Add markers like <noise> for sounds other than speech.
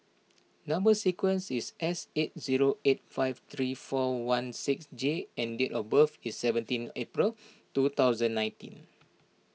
Number Sequence is S eight zero eight five three four one six J and date of birth is seventeen April <noise> two thousand nineteen